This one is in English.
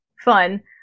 fun